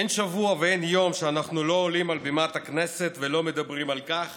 אין שבוע ואין יום שאנחנו לא עולים על בימת הכנסת ומדברים על כך